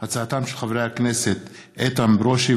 הצעת החוק עברה בקריאה ראשונה